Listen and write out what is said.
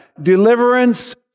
Deliverance